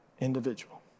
individual